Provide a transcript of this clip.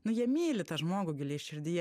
nu jie myli tą žmogų giliai širdyje